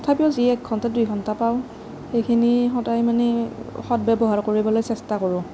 তথাপিও যি এক ঘণ্টা দুই ঘণ্টা পাওঁ সেইখিনি সদায় মানে সদব্যৱহাৰ কৰিবলৈ চেষ্টা কৰোঁ